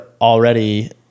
already